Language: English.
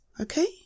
Okay